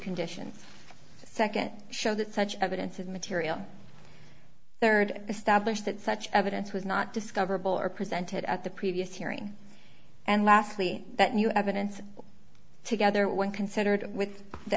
conditions second show that such evidence of material third establish that such evidence was not discoverable or presented at the previous hearing and lastly that new evidence together when considered with the